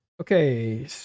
okay